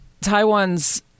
Taiwan's